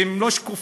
והם לא שקופים,